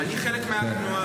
אני חלק מהתנועה.